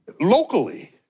locally